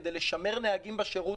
כדי לשמר נהגים בשירות,